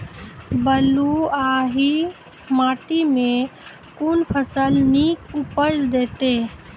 बलूआही माटि मे कून फसल नीक उपज देतै?